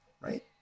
right